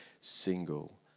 single